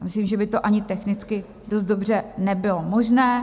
Já myslím, že by to ani technicky dost dobře nebylo možné.